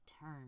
turn